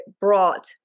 brought